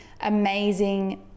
amazing